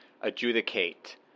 adjudicate